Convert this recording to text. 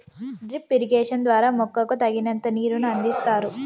drip irrigation ద్వారా మొక్కకు తగినంత నీరును అందిస్తారు